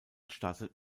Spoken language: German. startet